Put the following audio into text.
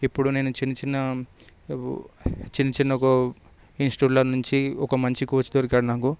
ఇప్పుడు నేను చిన్న చిన్న ఊ చిన్న చిన్న కో ఇన్స్టిట్యూట్ల నుంచి ఒక మంచి కోచ్ దొరికాడు నాకు